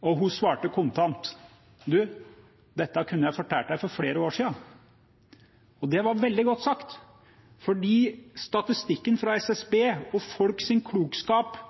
Hun svarte kontant: Dette kunne jeg fortalt deg for flere år siden. Det var veldig godt sagt, for statistikken fra SSB og folks klokskap